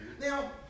Now